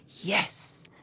Yes